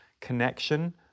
connection